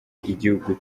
igihugu